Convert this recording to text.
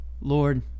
Lord